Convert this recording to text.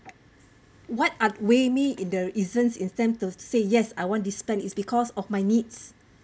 what are way me in the reasons in terrm to say yes I want this plan is because of my needs